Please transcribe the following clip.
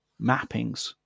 mappings